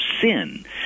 sin